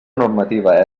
normativa